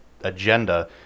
agenda